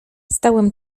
stałem